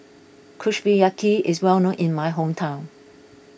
Kushiyaki is well known in my hometown